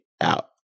out